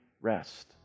rest